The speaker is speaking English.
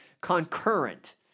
Concurrent